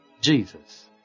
Jesus